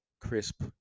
crisp